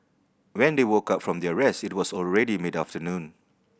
when they woke up from their rest it was already mid afternoon